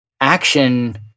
action